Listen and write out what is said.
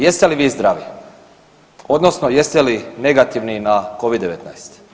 Jeste li vi zdravi odnosno jeste li negativni na Covid-19?